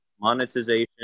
monetization